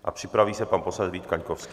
A připraví se pan poslanec Vít Kaňkovský.